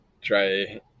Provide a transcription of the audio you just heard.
Try